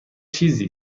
چیزی